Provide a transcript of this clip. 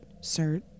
Sir